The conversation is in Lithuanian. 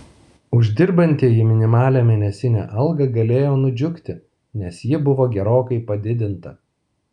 uždirbantieji minimalią mėnesinę algą galėjo nudžiugti nes ji buvo gerokai padidinta